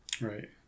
right